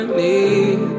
need